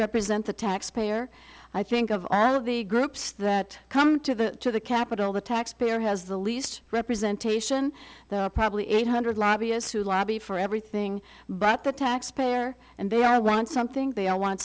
represent the taxpayer i think of all of the groups that come to the capitol the taxpayer has the least representation probably eight hundred lobbyists to lobby for everything but the taxpayer and they are want something they i want